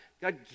God